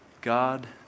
God